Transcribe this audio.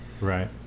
right